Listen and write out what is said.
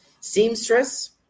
seamstress